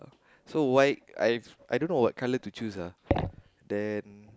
so white I I don't know what colour to choose ah then